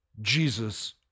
Jesus